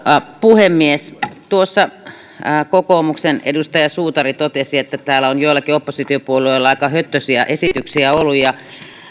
puhemies kokoomuksen edustaja suutari totesi että täällä on joillakin oppositiopuolueilla aika höttöisiä esityksiä